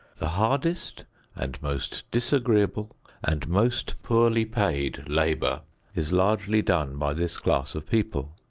the hardest and most disagreeable and most poorly paid labor is largely done by this class of people.